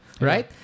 Right